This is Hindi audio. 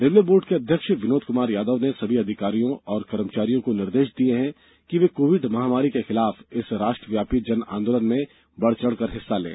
रेलवे बोर्ड के अध्यक्ष विनोद क्मार यादव ने सभी अधिकारियों और कर्मचारियों को निर्देश दिये हैं कि वे कोविड महामारी के खिलाफ इस राष्ट्रव्यापी जन आंदोलन में बढ़ चढ़कर हिस्सा लें